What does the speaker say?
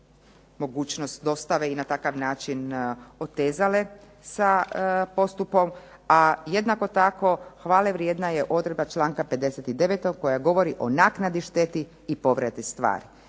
mogućnost dostave i na takav način otezale sa postupkom, a jednako tako hvale vrijedna je odredba članka 59. koja govori o naknadi štete i povredi stvari.